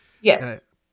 yes